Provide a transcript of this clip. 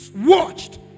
watched